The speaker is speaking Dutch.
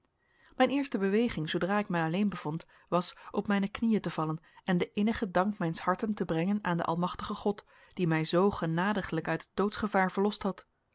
mijn eerste beweging zoodra ik mij alleen bevond was op mijne knieën te vallen en den innigen dank mijns harten te brengen aan den almachtigen god die mij zoo genadiglijk uit het doodsgevaar verlost had